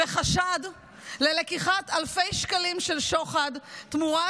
בחשד ללקיחת אלפי שקלים של שוחד תמורת